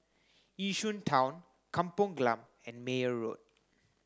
Yishun Town Kampung Glam and Meyer Road